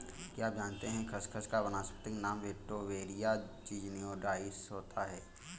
क्या आप जानते है खसखस का वानस्पतिक नाम वेटिवेरिया ज़िज़नियोइडिस होता है?